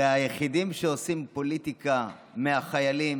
הרי היחידים שעושים פוליטיקה מהחיילים